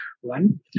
one